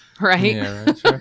right